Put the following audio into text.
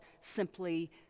simply